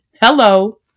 Hello